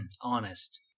honest